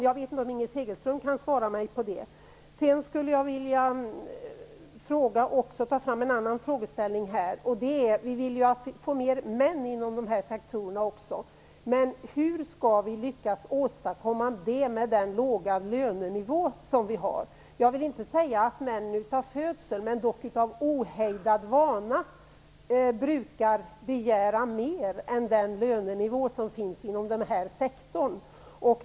Jag vet inte om Inger Segelström kan svara mig på det. Jag vill också ta fram en annan frågeställning här. Vi vill ju få fler män inom den här sektorn också. Men hur skall vi lyckas åstadkomma det med den nuvarande låga lönenivån? Jag vill inte säga att män av födsel men dock av ohejdad vana brukar begära en högre lönenivå än den som finns inom den här sektorn.